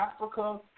Africa